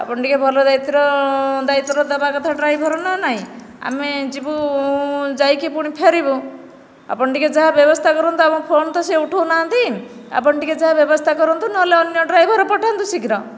ଆପଣ ଟିକିଏ ଭଲ ଦାୟିତ୍ୱର ଦାୟିତ୍ୱର ଦେବା କଥା ଡ୍ରାଇଭର ନା ନାହିଁ ଆମେ ଯିବୁ ଯାଇକି ପୁଣି ଫେରିବୁ ଆପଣ ଟିକିଏ ଯାହା ବ୍ୟବସ୍ଥା କରନ୍ତୁ ଆମ ଫୋନ୍ ତ ସେ ଉଠଉନାହାନ୍ତି ଆପଣ ଟିକିଏ ଯାହା ବ୍ୟବସ୍ଥା କରନ୍ତୁ ନହେଲେ ଅନ୍ୟ ଡ୍ରାଇଭର ପଠାନ୍ତୁ ଶୀଘ୍ର